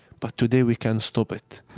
but today we can stop it.